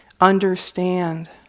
understand